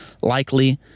Likely